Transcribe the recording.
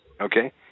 Okay